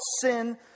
sin